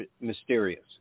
mysterious